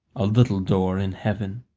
a little door in heaven.